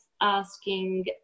asking